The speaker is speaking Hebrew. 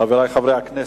חברי חברי הכנסת.